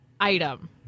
Item